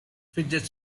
fidget